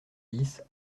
dix